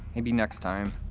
maybe next time.